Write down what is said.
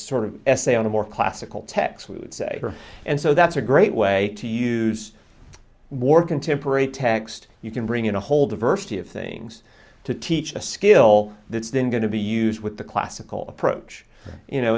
sort of essay on a more classical text would say and so that's a great way to use more contemporary text you can bring in a whole diversity of things to teach a skill that's then going to be used with the classical approach you know